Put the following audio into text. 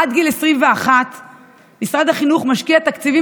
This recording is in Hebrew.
עד גיל 21 משרד החינוך משקיע תקציבים